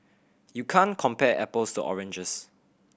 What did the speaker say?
you can't compare apples to oranges